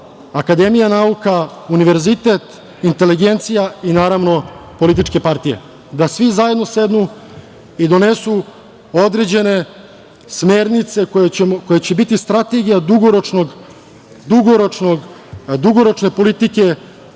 akademija nauka, univerzitet, inteligencija i, naravno, političke partije, da svi zajedno sednu i donesu određene smernice koje će biti strategija dugoročne politike